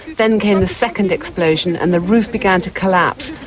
then came the second explosion and the roof began to collapse.